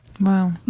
Wow